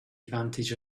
advantage